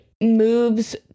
moves